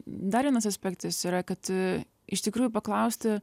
dar vienas aspektas yra kad iš tikrųjų paklausti